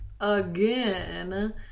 again